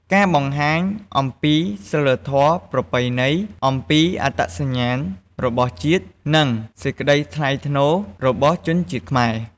ការបង្ហាញអំពីសីលធម៌ ប្រពៃណីខ្មែរ អំពីអត្តសញ្ញាណរបស់ជាតិ និង សេចក្តីថ្លៃថ្នូររបស់ជនជាតិខ្មែរ ។